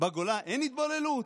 בגולה אין התבוללות?